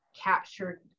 captured